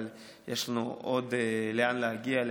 אבל יש לנו עוד לאן להגיע,